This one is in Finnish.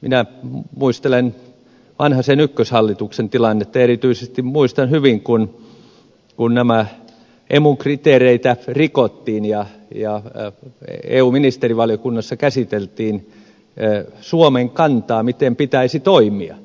minä muistelen vanhasen ykköshallituksen tilannetta erityisesti muistan hyvin kun näitä emu kriteereitä rikottiin ja eun ministerivaliokunnassa käsiteltiin suomen kantaa miten pitäisi toimia